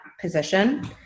position